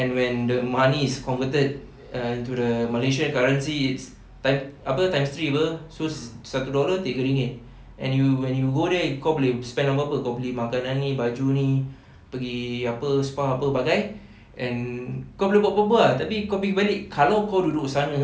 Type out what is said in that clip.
and when the money is converted uh into the malaysian currency it's time apa times three apa so satu dolar tiga ringgit and you when you go there kau boleh spend apa-apa kau beli makanan ni baju ni pergi apa spa apa bagai and kau boleh buat apa-apa ah tapi kau fikir balik kalau kau duduk sana